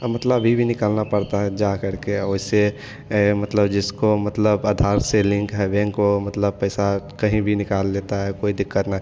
अब मतलब अभी भी निकालना पड़ता है जा करके वैसे ये मतलब जिसको मतलब अधार से लिंक है बैंक वो मतलब पैसा कहीं भी निकाल लेता है कोई दिक्कत नहीं